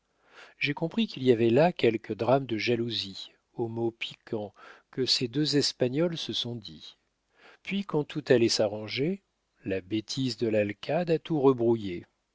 j'ai compris qu'il y avait là quelque drame de jalousie aux mots piquants que ces deux espagnoles se sont dits puis quand tout allait s'arranger la bêtise de l'alcade a tout rebrouillé